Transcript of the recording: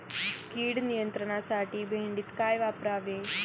कीड नियंत्रणासाठी भेंडीत काय वापरावे?